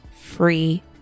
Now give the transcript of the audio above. free